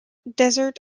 desert